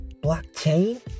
blockchain